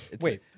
Wait